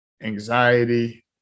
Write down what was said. anxiety